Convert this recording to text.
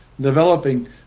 developing